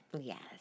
Yes